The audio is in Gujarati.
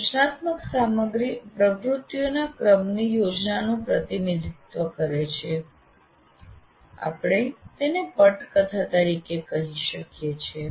સૂચનાત્મક સામગ્રી પ્રવૃત્તિઓના ક્રમની યોજનાનું પ્રતિનિધિત્વ કરે છે આપણે તેને પટકથા તરીકે કહી શકીએ છીએ